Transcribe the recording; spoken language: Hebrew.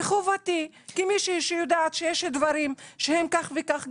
וחובתי כמי שיודעת שיש דברים שהם כך וכך,